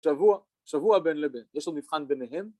צבוע, צבוע בין לבין יש לו נבחן ביניהם